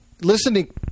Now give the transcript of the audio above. listening